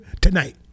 tonight